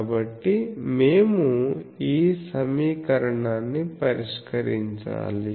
కాబట్టి మేము ఈ సమీకరణాన్ని పరిష్కరించాలి